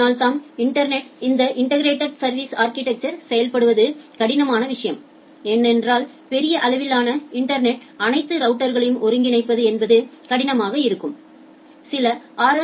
அதனால்தான் இன்டர்நெட்டில் இந்த இன்டெகிரெட் சா்விஸ் அா்கிடெக்சர் செயல்படுத்துவது கடினமான விஷயம் ஏனென்றால் பெரிய அளவிலான இன்டர்நெட்டில் அனைத்து ரவுட்டர்களையும் ஒருங்கிணைப்பது என்பது கடினமாக இருக்கும் சில ஆர்